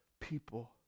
people